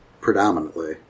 predominantly